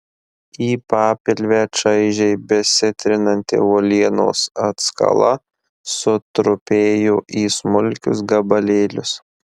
į papilvę čaižiai besitrinanti uolienos atskala sutrupėjo į smulkius gabalėlius